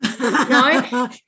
No